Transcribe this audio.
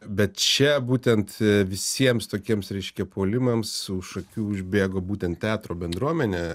bet čia būtent visiems tokiems reiškia puolimams už akių užbėgo būtent teatro bendruomenė